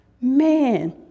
Man